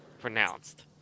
pronounced